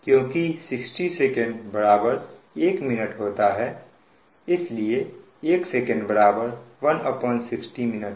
क्योंकि 60 second 1 minute होता है इसलिए 1 सेकंड 160 मिनट